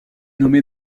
nommé